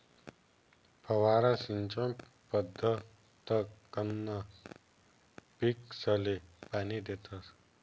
फवारा सिंचन पद्धतकंन पीकसले पाणी देतस